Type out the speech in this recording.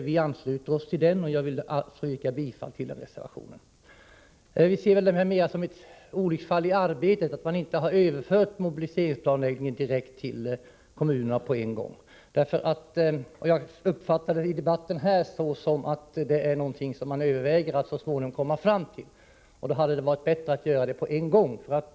Vi ansluter oss till denna reservation, och jag yrkar bifall till den. Vi ser det mera som ett olycksfall i arbetet att man inte har begagnat tillfället att nu överföra även mobiliseringsplanläggningen till kommunerna. Som jag uppfattat debatten här överväger man att så småningom göra en sådan överföring, och då hade det varit bättre att göra det med en gång.